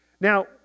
Now